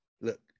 look